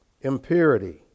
impurity